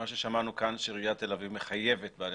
שמענו כאן שעיריית תל אביב מחייבת בעלי